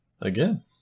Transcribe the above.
Again